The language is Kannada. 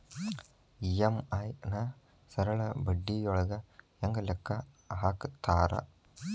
ಇ.ಎಂ.ಐ ನ ಸರಳ ಬಡ್ಡಿಯೊಳಗ ಹೆಂಗ ಲೆಕ್ಕ ಹಾಕತಾರಾ